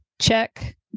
Check